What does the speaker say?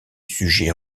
sujets